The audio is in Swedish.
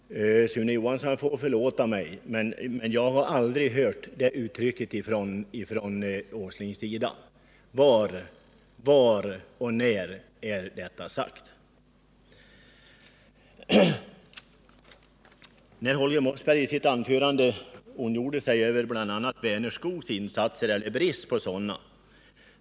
Sune Johansson får förlåta mig, men jag har aldrig hört detta uttryck från Nils Åslings sida. Var och när har detta sagts? Holger Mossberg ondgjorde sig över bl.a. Vänerskogs insatser — eller brist på sådana.